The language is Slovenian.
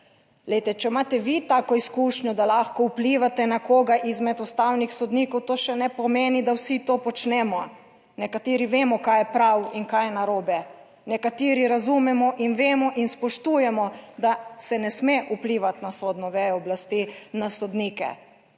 če imate vi tako izkušnjo, da lahko vplivate na koga izmed ustavnih sodnikov, to še ne pomeni, da vsi to počnemo. Nekateri vemo, kaj je prav in kaj je narobe, nekateri razumemo in vemo in spoštujemo, da se ne sme vplivati na sodno vejo oblasti, na sodnike.